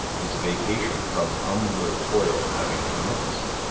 his vacation from humbler toil having commenced.